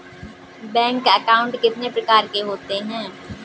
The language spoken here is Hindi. बैंक अकाउंट कितने प्रकार के होते हैं?